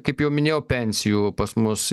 kaip jau minėjau pensijų pas mus